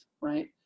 right